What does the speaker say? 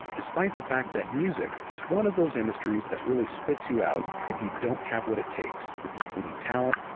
despite the fact that music is one of those industries that really spits you out if you don't have what it takes, including talent,